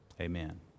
amen